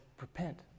repent